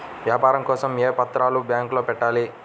వ్యాపారం కోసం ఏ పత్రాలు బ్యాంక్లో పెట్టాలి?